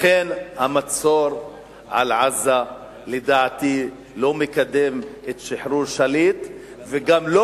לכן המצור על עזה לא מקדם לדעתי את שחרור שליט וגם לא